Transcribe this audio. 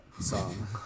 song